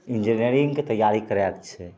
इन्जीनियरिन्गके तआरी करैके छै